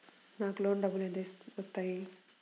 నాకు లోన్ డబ్బులు ఎంత వస్తాయి?